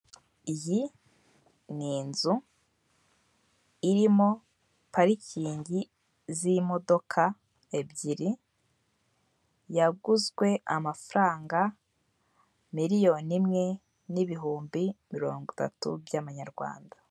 Iyi ni inzu irimo parikingi z'imodoka ebyiri, yaguzwe amafaranga miliyoni imwe n'ibihumbi mirongo itatu by'amanyarwanda.